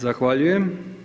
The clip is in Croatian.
Zahvaljujem.